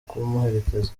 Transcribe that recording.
kumuherekeza